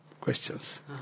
Questions